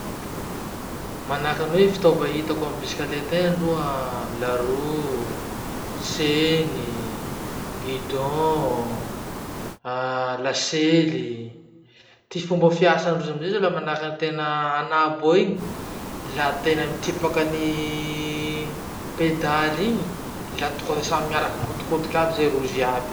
Manahaky any hoe fitaova hitako amy bisikaleta eny aloha la roue, seny, guidon, lasely. Ty fomba fiasandrozy amizay zany laha manahaky atena anabo eo iny, la tena mitipaky any pedaly igny, la tonga de samy miaraky mihodikodiky aby zay rozy aby.